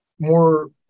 More